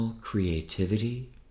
creativity